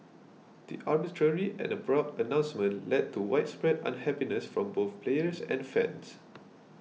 the arbitrary and abrupt announcement led to widespread unhappiness from both players and fans